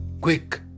quick